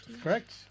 Correct